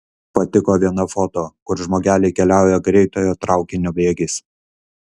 patiko viena foto kur žmogeliai keliauja greitojo traukinio bėgiais